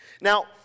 Now